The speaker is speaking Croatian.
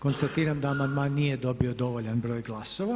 Konstatiram da amandman nije dobio dovoljan broj glasova.